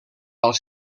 als